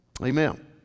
Amen